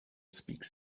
speaks